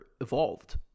evolved